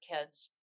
kids